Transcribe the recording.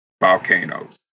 volcanoes